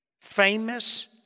Famous